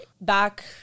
back